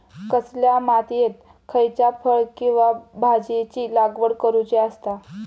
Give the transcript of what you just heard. कसल्या मातीयेत खयच्या फळ किंवा भाजीयेंची लागवड करुची असता?